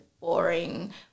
boring